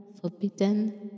forbidden